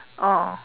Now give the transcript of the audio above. oh